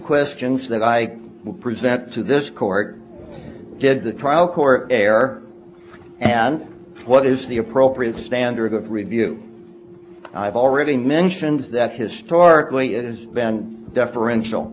questions that i will prevent to this court did the trial court err and what is the appropriate standard of review and i've already mentioned that historically it has been deferential